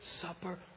supper